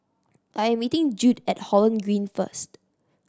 I'm meeting Jude at Holland Green first